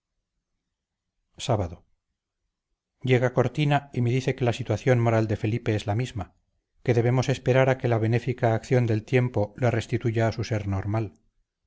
sábado llega cortina y me dice que la situación moral de felipe es la misma que debemos esperar a que la benéfica acción del tiempo le restituya a su ser normal